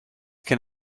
can